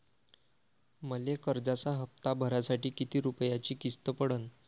मले कर्जाचा हप्ता भरासाठी किती रूपयाची किस्त पडन?